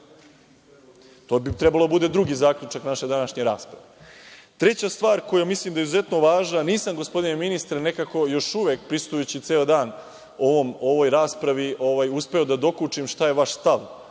to bi trebalo da bude drugi zaključak današnje rasprave. Treća stvar koju mislim da je izuzetno važna, nisam gospodine ministre nekako još uvek prisustvujući ceo dan ovoj raspravi, uspeo da dokučim šta je vaš stav